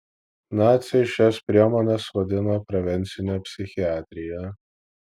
naciai šias priemones vadino prevencine psichiatrija